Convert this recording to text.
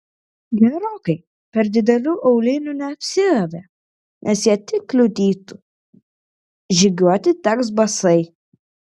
gerokai per didelių aulinių neapsiavė nes jie tik kliudytų žygiuoti teks basai